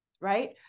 Right